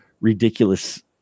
ridiculous